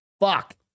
fuck